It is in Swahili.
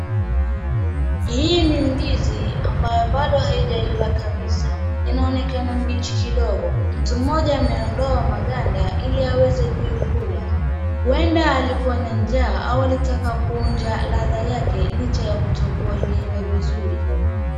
Hii ni ndizi ambayo bado haijaiva kabisa. Inaonekana ni bichi kidogo. Mtu mmoja ameondoa maganda ili aweze kuikula. Huenda alikuwa na njaa au alitaka kuonja ladha yake licha ya kutokuwa imeiva vizuri,